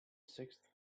sixth